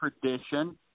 tradition